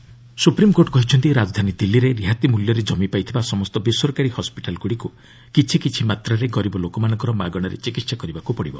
SC hospitals supreme court କହିଛନ୍ତି ରାଜଧାନୀ ଦିଲ୍ଲୀରେ ରିହାତି ମୂଲ୍ୟରେ କମି ପାଇଥିବା ସମସ୍ତ ବେସରକାରୀ ହସ୍ୱିଟାଲ୍ଗୁଡ଼ିକୁ କିଛି କିଛି ମାତ୍ରାରେ ଗରିବ ଲୋକମାନଙ୍କର ମାଗଣାରେ ଚିକିତ୍ସା କରିବାକୁ ପଡ଼ିବ